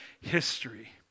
history